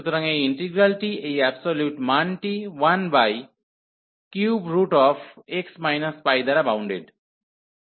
সুতরাং এই ইন্টিগ্রালটি এই অ্যাবসোলিউট মানটি 13x π দ্বারা বাউন্ডেড হয়